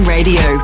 Radio